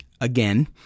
again